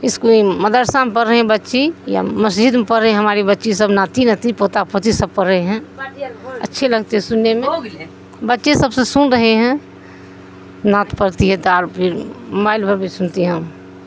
اس کو مدرسہ میں پڑھ رہے ہیں بچی یا مسجد میں پڑھ رہی ہماری بچی سب ناتی نتنی پوتا پوتی سب پڑھ رہے ہیں اچھے لگتے سننے میں بچے سب سے سن رہے ہیں نعت پڑھتی ہے پھر مائل پر بھی سنتی ہم